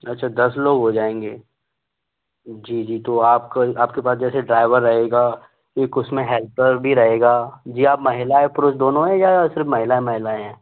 अच्छा दस लोग हो जाएँगे जी जी तो आप कल आपके पास जैसे ड्राइवर रहेगा एक उसमें हेल्पर भी रहेगा जी आप महिलाएँ पुरुष दोनों है या सिर्फ़ महिलाएँ महिलाएँ हैं